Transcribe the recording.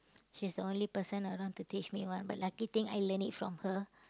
she's the only person around to teach me but lucky thing I learn it from her